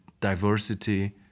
diversity